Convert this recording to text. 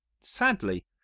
Sadly